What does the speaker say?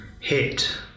hit